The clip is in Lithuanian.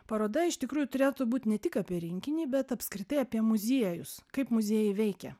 paroda iš tikrųjų turėtų būt ne tik apie rinkinį bet apskritai apie muziejus kaip muziejai veikia